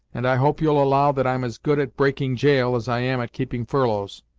and i hope you'll allow that i'm as good at breaking gaol, as i am at keeping furloughs.